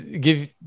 Give